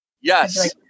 Yes